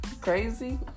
Crazy